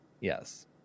Yes